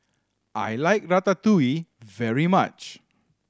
I like Ratatouille very much